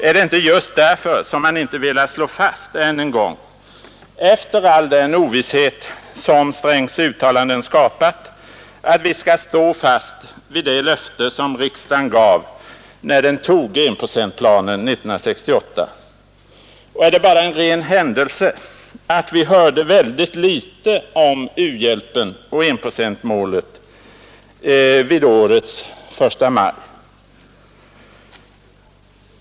Är det inte just därför som man inte velat slå fast än en gång — efter all den ovisshet som herr Strängs uttalanden skapat — att vi skall stå fast vid det löfte som riksdagen gav, när den antog enprocentsplanen 1968. Och är det bara en ren händelse att vi hörde mycket litet om u-hjälpen och enprocentsmålet vid årets första maj?